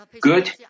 good